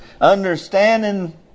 understanding